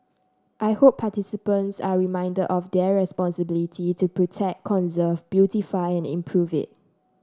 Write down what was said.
I hope participants are reminded of their responsibility to protect conserve beautify and improve it